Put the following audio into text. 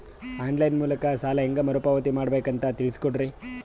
On line ಮೂಲಕ ಸಾಲ ಹೇಂಗ ಮರುಪಾವತಿ ಮಾಡಬೇಕು ಅಂತ ತಿಳಿಸ ಕೊಡರಿ?